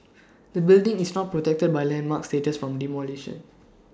the building is not protected by landmark status from demolition